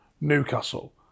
Newcastle